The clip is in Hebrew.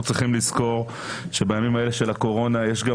אנחנו צריכים לזכור שבימים האלה של הקורונה יש גם